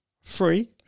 free